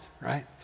right